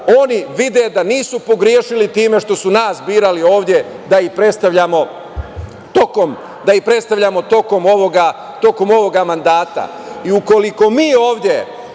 oni vide da nisu pogrešili time što su nas birali ovde da ih predstavljamo tokom ovog mandata. Ukoliko mi ovde,